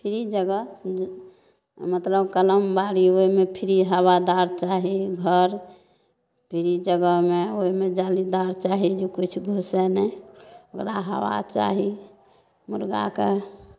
free जगह मतलब कलम बाड़ी ओहिमे फ्री हबादार चाही घर फ्री जगहमे ओहिमे जालीदार चाही जे किछु घुसे नहि ओकरा हबा चाही मुर्गाके